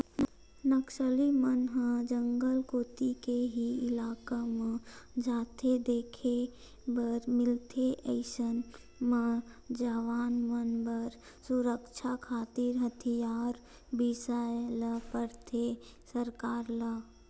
नक्सली मन ह जंगल कोती के ही इलाका म जादा देखे बर मिलथे अइसन म जवान मन बर सुरक्छा खातिर हथियार बिसाय ल परथे सरकार ल